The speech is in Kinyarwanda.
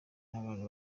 n’abana